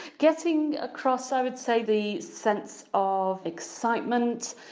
getting across, i would say, the sense of excitement,